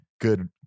good